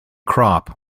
crop